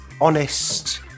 honest